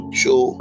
show